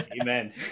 Amen